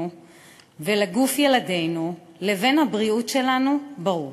ולגוף ילדינו לבין הבריאות שלנו ברור.